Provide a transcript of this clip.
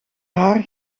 haar